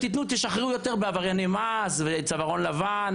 ותשחררו יותר עברייני מס וצווארון לבן